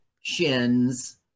shins